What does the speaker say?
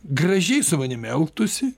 gražiai su manim elgtųsi